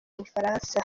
bufaransa